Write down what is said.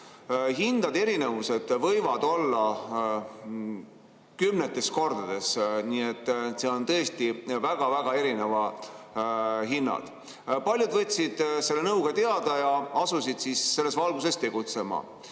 Hindade erinevused võivad olla kümnetes kordades, nii et on tõesti väga erinevad hinnad. Paljud võtsid selle nõu teada ja asusid selles valguses tegutsema.